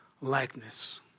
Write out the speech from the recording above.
likeness